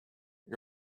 you